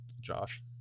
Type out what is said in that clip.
Josh